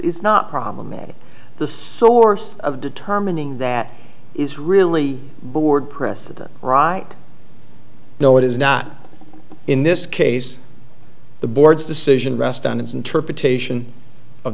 is not problematic the source of determining that is really bored precedent right know what is not in this case the board's decision rest on its interpretation of